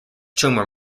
tumor